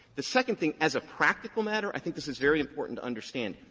the second thing as a practical matter, i think this is very important to understand.